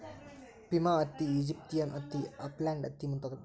Pima ಹತ್ತಿ, Egyptian ಹತ್ತಿ, upland ಹತ್ತಿ ಮುಂತಾದವು